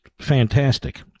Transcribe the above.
fantastic